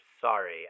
sorry